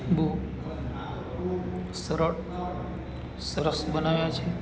બહુ સરળ સરસ બનાવ્યા છે